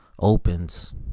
Opens